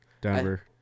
Denver